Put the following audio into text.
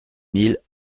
mille